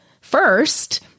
first